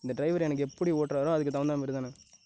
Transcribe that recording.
இந்த டிரைவர் எனக்கு எப்படி ஓட்டுகிறாரோ அதுக்கு தகுந்தமாரிதாண்ணே